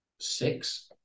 six